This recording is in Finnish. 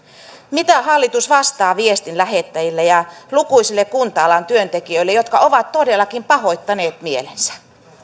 mitä hallitus vastaa viestin lähettäjälle ja lukuisille kunta alan työntekijöille jotka ovat todellakin pahoittaneet mielensä